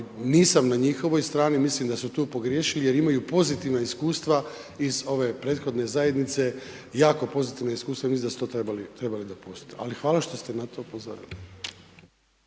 nisam na njihovoj strani, mislim da su tu pogriješili jer imaju pozitivna iskustva iz ove prethodne zajednice, jako pozitivna iskustva, mislim da su to trebali dopustit. Ali hvala što ste na to upozorili.